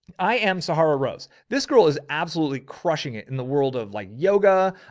i am sahara rose. this girl is absolutely crushing it in the world of like yoga.